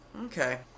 Okay